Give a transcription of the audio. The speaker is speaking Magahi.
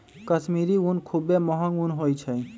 कश्मीरी ऊन खुब्बे महग ऊन होइ छइ